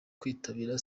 kwitabira